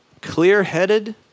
clear-headed